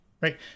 right